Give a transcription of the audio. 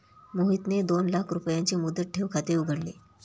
मोहितने दोन लाख रुपयांचे मुदत ठेव खाते उघडले